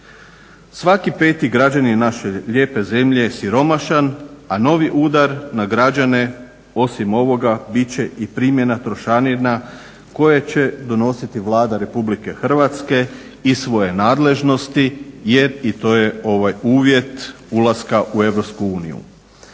Svaki peti građanin naše lijepe zemlje je siromašan, a novi udar na građane osim ovoga bit će i primjena trošarina koje će donositi Vlada RH iz svoje nadležnosti jer i to je ovaj uvjet ulaska u EU.